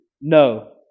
No